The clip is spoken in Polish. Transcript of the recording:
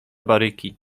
baryki